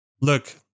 Look